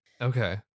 Okay